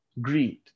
greed